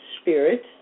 spirit